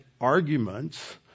arguments